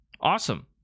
Awesome